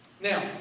Now